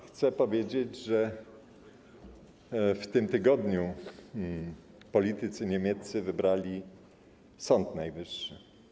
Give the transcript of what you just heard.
chcę powiedzieć, że w tym tygodniu politycy niemieccy wybrali sąd najwyższy.